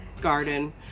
garden